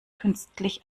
künstlich